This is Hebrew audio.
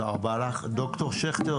ד"ר שכטר.